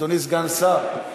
אדוני סגן השר,